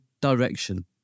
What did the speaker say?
direction